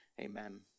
amen